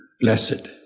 blessed